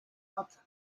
author